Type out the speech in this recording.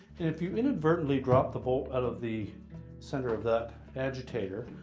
if you inadvertently drop the bolt out of the center of that agitator,